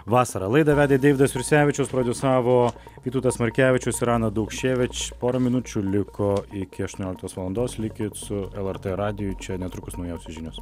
vasarą laidą vedė deividas jursevičius prodiusavo vytautas markevičius ir ana daukševič pora minučių liko iki aštuonioliktos valandos likit su lrt radiju čia netrukus naujausios žinios